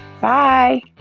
Bye